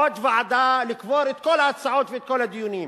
עוד ועדה לקבור את כל ההצעות ואת כל הדיונים,